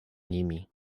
nimi